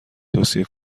توصیه